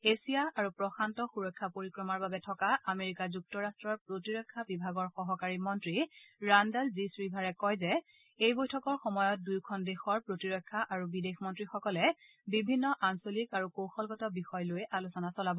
Asia আৰু প্ৰশান্ত সুৰক্ষা পৰিক্ৰমাৰ বাবে থকা আমেৰিকা যুক্তৰাষ্ট্ৰৰ প্ৰতিৰক্ষা বিভাগৰ সহকাৰী মন্ত্ৰী ৰাণ্ডাল জি শ্ৰীভাৰে কয় যে এই বৈঠকৰ সময়ত দুয়োখন দেশৰ প্ৰতিৰক্ষা আৰু বিদেশ মন্ত্ৰীসকলে বিভিন্ন আঞ্চলিক আৰু কৌশলগত বিষয় লৈ আলোচনা চলাব